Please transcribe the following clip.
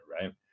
right